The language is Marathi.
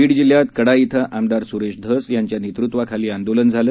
बीड जिल्ह्यात कडा इथं आमदार सुरेश धस यांच्या नेतृत्वाखाली आंदोलन झालं